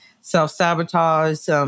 self-sabotage